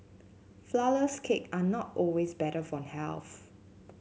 flourless cake are not always better for health